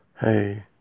Hey